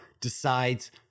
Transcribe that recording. decides